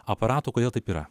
aparatų kodėl taip yra